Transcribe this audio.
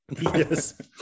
yes